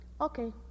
okay